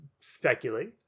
speculate